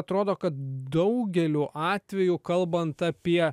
atrodo kad daugeliu atvejų kalbant apie